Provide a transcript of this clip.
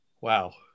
Wow